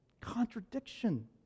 contradiction